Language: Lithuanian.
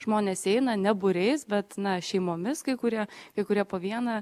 žmonės eina ne būriais bet na šeimomis kai kurie kai kurie po vieną